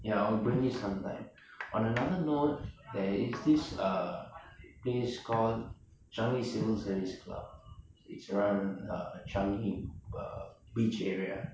ya I'll bring you sometime on another note there is this uh place called changi civil service club it's around uh changi beach area